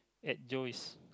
enjoys